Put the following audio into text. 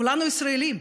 כולנו ישראלים,